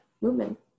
movement